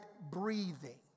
breathing